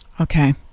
Okay